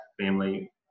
family